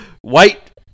white